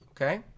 okay